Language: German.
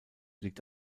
liegt